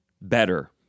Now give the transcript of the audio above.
better